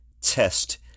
test